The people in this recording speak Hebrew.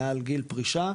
מעל גיל פרישה,